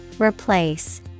Replace